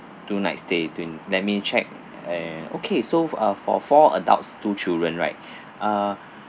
two nights stay twen~ let me check eh okay so uh for four adults two children right uh